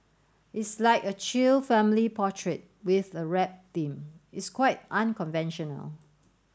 it's like a chill family portrait with a rap theme it's quite unconventional